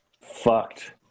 fucked